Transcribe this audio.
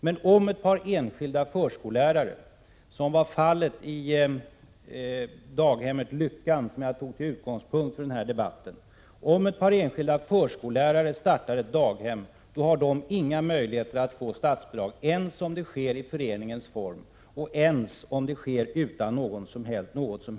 Men om ett par enskilda förskollärare — som är fallet i fråga om daghemmet Lyckan som jag tog som utgångspunkt för denna debatt — startar ett daghem, har de inga möjligheter att få statsbidrag ens om verksamheten sker i föreningsform eller utan något som helst vinstsyfte.